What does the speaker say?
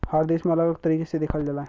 हर देश में अलग अलग तरीके से देखल जाला